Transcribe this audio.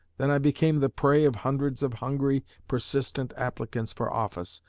than i became the prey of hundreds of hungry, persistent applicants for office,